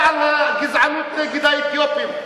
גם על הגזענות נגד האתיופים.